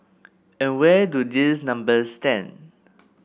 and where do these numbers stand